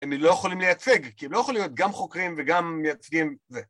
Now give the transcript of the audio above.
הם לא יכולים לייצג, כי הם לא יכולים להיות גם חוקרים וגם מייצגים זה.